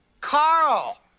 Carl